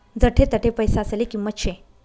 जठे तठे पैसासले किंमत शे